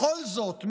בכל זאת,